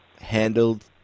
handled